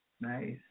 Nice